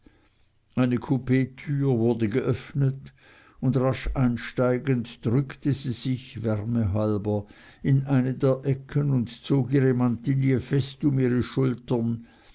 eine couptür wurde geöffnet und rasch einsteigend drückte sie sich wärme halber in eine der ecken und zog ihre mantille fester um ihre schultern